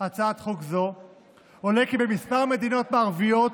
הצעת חוק זו עולה כי בכמה מדינות מערביות